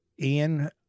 Ian